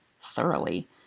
Thoroughly